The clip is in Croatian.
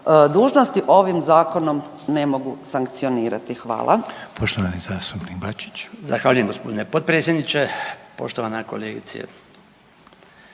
dužnosti ovim zakonom ne mogu sankcionirati. Hvala.